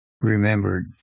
remembered